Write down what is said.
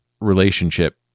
relationship